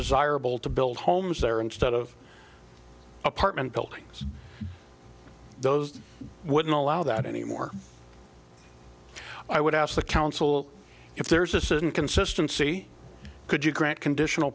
desirable to build homes there instead of apartment buildings those wouldn't allow that anymore i would ask the council if there's a certain consistency co